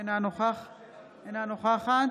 אינה נוכחת